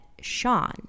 Sean